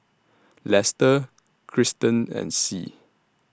Lester Kirsten and Sie